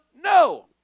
No